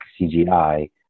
CGI